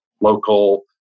local